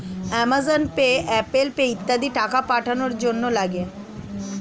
Amazon Pay, Apple Pay ইত্যাদি টাকা পাঠানোর জন্যে লাগে